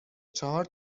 چهار